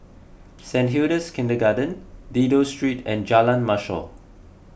Saint Hilda's Kindergarten Dido Street and Jalan Mashor